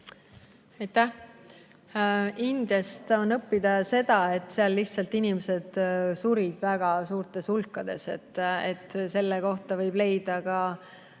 Aitäh! Indiast on õppida seda, et seal lihtsalt inimesed surid väga suurtes hulkades. Selle kohta võib leida ka